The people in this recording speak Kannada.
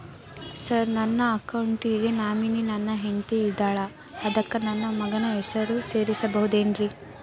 ಸರ್ ನನ್ನ ಅಕೌಂಟ್ ಗೆ ನಾಮಿನಿ ನನ್ನ ಹೆಂಡ್ತಿ ಇದ್ದಾಳ ಅದಕ್ಕ ನನ್ನ ಮಗನ ಹೆಸರು ಸೇರಸಬಹುದೇನ್ರಿ?